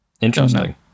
Interesting